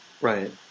Right